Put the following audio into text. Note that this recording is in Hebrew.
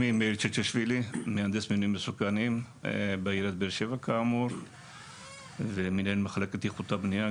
אני מהנדס בניינים מסוכנים בעיר באר שבע ומנהל מחלקת איכות הבנייה.